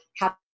happy